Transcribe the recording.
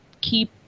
keep